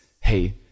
hey